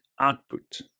output